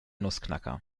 nussknacker